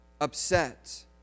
upset